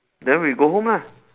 then we go home lah